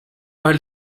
pas